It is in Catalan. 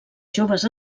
joves